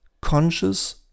conscious